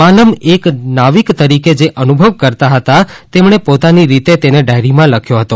માલમ એક નાવિક તરીકે જે અનુભવ કરતા હતા તેમણે પોતાની રીતે તેને ડાયરીમાં લખ્યો હતો